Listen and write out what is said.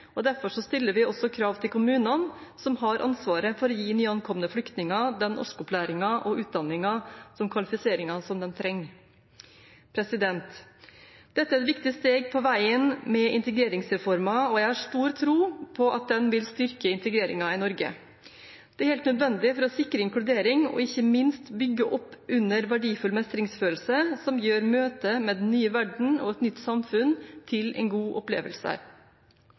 og derfor stiller vi også krav til kommunene, som har ansvaret for å gi nyankomne flyktninger den norskopplæringen, utdanningen og kvalifiseringen de trenger. Dette er et viktig steg på veien med integreringsreformen, og jeg har stor tro på at den vil styrke integreringen i Norge. Det er helt nødvendig for å sikre inkludering og ikke minst bygge opp under verdifull mestringsfølelse som gjør møtet med en nye verden og et nytt samfunn til en god opplevelse.